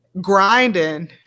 Grinding